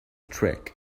trick